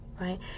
right